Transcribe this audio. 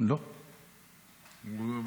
שר,